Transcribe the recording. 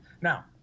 Now